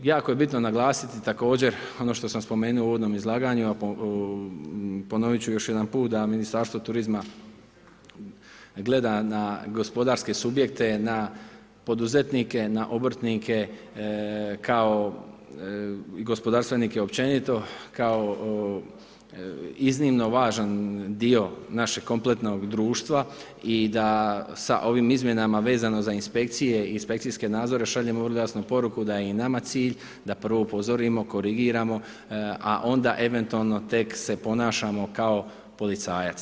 Jako je bitno naglasiti, također ono što sam spomenuo u uvodnom izlaganju, a ponoviti ću još jedan puta, da Ministarstvo turizma gleda na gospodarske subjekte, na poduzetnike, na obrtnike, kao i gospodarstvenike općenito kao iznimno važan dio našeg kompletnog društva i da sa ovim izmjenama vezano za inspekcije i inspekcijske nadzore šaljemo vrlo jasnu poruku, da je i nama cilj da prvo upozorimo, korigiramo, a onda eventualno tek se ponašamo kao policajac.